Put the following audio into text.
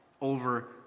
over